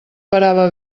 parava